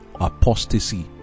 apostasy